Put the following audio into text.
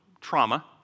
Trauma